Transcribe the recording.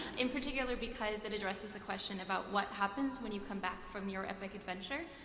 in particular because it addresses the question about what happens when you come back from your epic adventure.